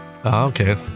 Okay